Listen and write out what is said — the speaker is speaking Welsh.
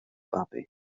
babi